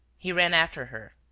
he ran after her.